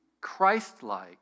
Christ-like